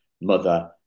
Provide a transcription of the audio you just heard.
mother